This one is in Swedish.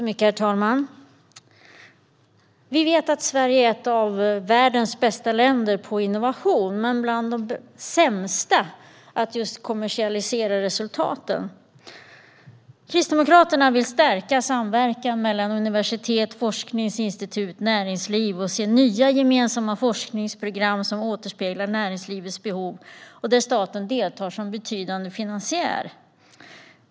Herr talman! Vi vet att Sverige är ett av världens bästa länder på innovation men bland de sämsta på att kommersialisera resultaten. Kristdemokraterna vill stärka samverkan mellan universitet, forskningsinstitut och näringsliv och se nya gemensamma forskningsprogram som återspeglar näringslivets behov. Staten ska där delta som betydande finansiär.